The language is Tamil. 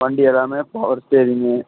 வண்டி எல்லாமே பவர் ஸ்டியரிங்கு